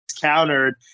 countered